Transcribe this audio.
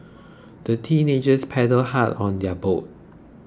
the teenagers paddled hard on their boat